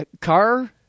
Car